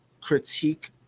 critique